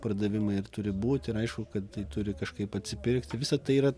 pardavimai ir turi būt ir aišku kad tai turi kažkaip atsipirkti visa tai yra